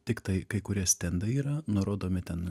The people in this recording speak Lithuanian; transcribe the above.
tiktai kai kurie stendai yra nurodomi ten